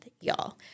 y'all